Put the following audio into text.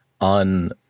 on